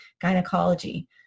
gynecology